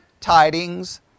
tidings